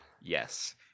Yes